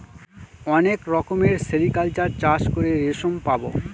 অনেক রকমের সেরিকালচার চাষ করে রেশম পাবো